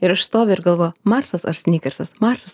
ir aš stoviu ir galvoju marsas ar snikersas marsas